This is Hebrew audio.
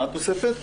מה התוספת?